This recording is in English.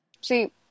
See